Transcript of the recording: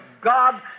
God